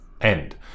end